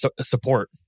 support